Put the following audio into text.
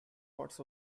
parts